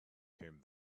came